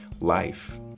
Life